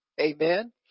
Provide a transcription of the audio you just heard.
Amen